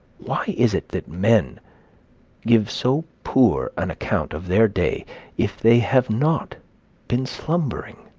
why is it that men give so poor an account of their day if they have not been slumbering?